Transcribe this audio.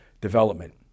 development